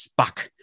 Spock